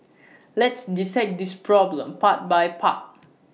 let's dissect this problem part by part